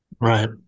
right